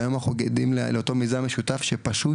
והיום אנחנו עדים לאותו מיזם משותף שאנחנו